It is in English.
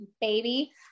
baby